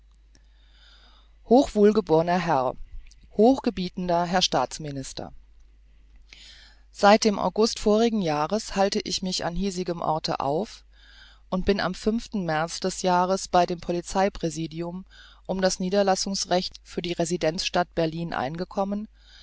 hochwohlgeborener herr hochgebietender herr staatsminister seit dem august vorigen jahres halte ich mich an hiesigem orte auf und bin am ten märz d j bei dem polizei präsidium um das niederlassungsrecht für die residenzstadt berlin eingekommen